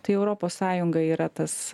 tai europos sąjunga yra tas